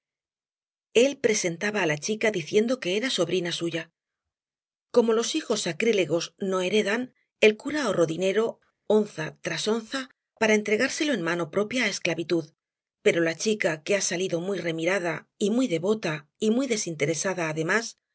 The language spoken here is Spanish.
el presentaba á la chica diciendo que era sobrina suya como los hijos sacrílegos no heredan el cura ahorró dinero onza tras onza para entregárselo en mano propia á esclavitud pero la chica que ha salido muy remirada y muy devota y muy desinteresada además